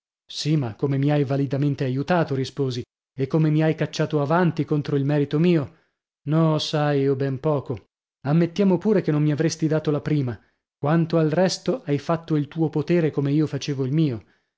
sì ma come mi hai validamente aiutato risposi e come mi hai cacciato avanti contro il merito mio no sai o ben poco ammettiamo pure che non mi avresti dato la prima quanto al resto hai fatto il tuo potere come io facevo il mio